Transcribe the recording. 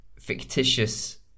fictitious